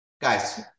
guys